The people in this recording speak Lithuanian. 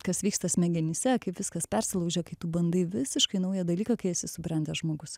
kas vyksta smegenyse kai viskas persilaužia kai tu bandai visiškai naują dalyką kai esi subrendęs žmogus